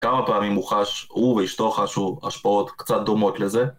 כמה פעמים הוא חש, הוא ואשתו חשו השפעות קצת דומות לזה?